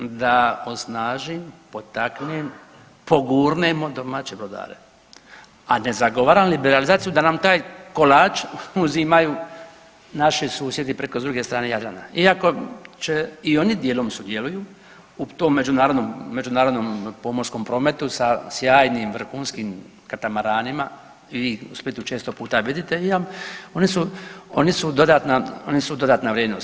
Da osnažim, potaknem, pogurnemo domaće brodare, a ne zagovaram liberalizaciju da nam taj kolač uzimaju naši susjedi preko druge strane Jadrana, iako će i oni dijelom sudjeluju u tom međunarodnom pomorskom prometu sa sjajnim vrhunskim katamaranima i vi ih u Splitu često puta vidite i oni su dodatna vrijednost.